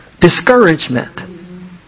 discouragement